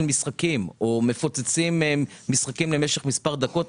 משחקים או מפוצצים משחקים למשך מספר דקות.